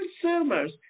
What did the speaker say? consumers